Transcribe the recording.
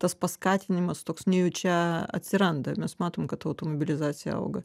tas paskatinimas toks nejučia atsiranda mes matom kad automobilizacija auga